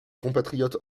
compatriote